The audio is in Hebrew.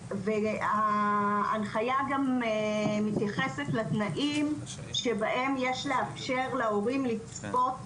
ההנחיה גם מתייחסת לתנאים שבהם יש לאפשר להורים לצפות